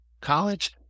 college